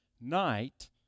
night